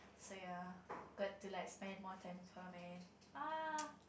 so ya got to like spend more with her man ah